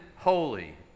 holy